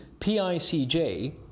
PICJ